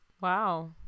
Wow